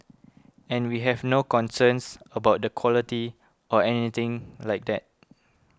and we have no concerns about the quality or anything like that